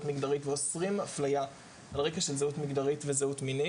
מגדרית ואוסרים אפליה על רקע של זהות מגדרית ומיני,